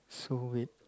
so wait